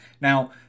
Now